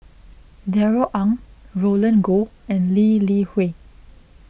Darrell Ang Roland Goh and Lee Li Hui